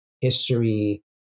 history